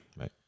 Right